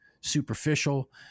superficial